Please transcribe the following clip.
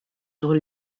sur